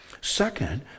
Second